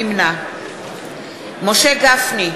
נמנע משה גפני,